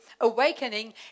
awakening